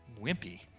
wimpy